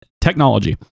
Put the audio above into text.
technology